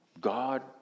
God